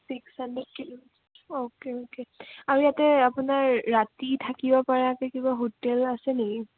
six hundred kilo okay okay আৰু ইয়াতে আপোনাৰ ৰাতি থাকিবপৰাকৈ কিবা হোটেল আছে নেকি